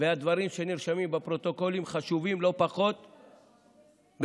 והדברים שנרשמים בפרוטוקולים חשובים לא פחות מהחקיקה.